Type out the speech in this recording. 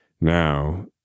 now